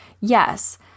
yes